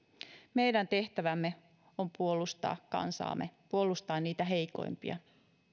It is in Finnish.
meidän tehtävämme on puolustaa kansaamme puolustaa niitä heikoimpia